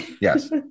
Yes